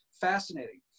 Fascinating